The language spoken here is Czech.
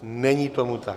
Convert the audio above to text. Není tomu tak.